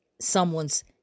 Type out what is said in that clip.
someone's